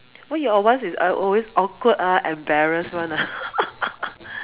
why your ones is uh always awkward ah embarrassed one ah